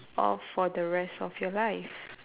of for the rest of your life